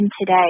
today